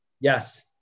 Yes